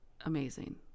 amazing